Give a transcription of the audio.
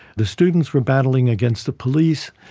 the students were battling against the police.